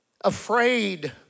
Afraid